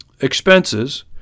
expenses